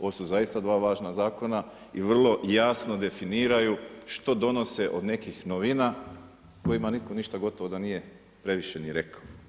Ovo su zaista dva važna zakona i vrlo jasno definiraju što donose od nekih novina o kojima nitko ništa gotovo da nije previše ni rekao.